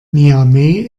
niamey